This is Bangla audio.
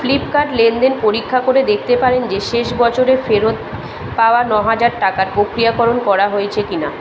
ফ্লিপকার্ট লেনদেন পরীক্ষা করে দেখতে পারেন যে শেষ বছরে ফেরত পাওয়া ন হাজার টাকার প্রক্রিয়াকরণ করা হয়েছে কিনা